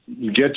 get